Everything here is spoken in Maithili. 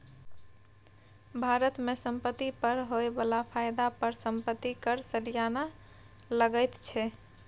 भारत मे संपत्ति पर होए बला फायदा पर संपत्ति कर सलियाना लगैत छै